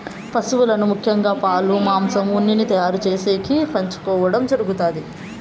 పసువులను ముఖ్యంగా పాలు, మాంసం, ఉన్నిని తయారు చేసేకి పెంచుకోవడం జరుగుతాది